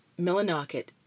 Millinocket